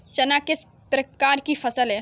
चना किस प्रकार की फसल है?